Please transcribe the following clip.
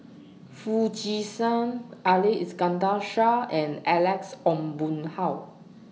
Foo Chee San Ali Iskandar Shah and Alex Ong Boon Hau